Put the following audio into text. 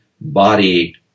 body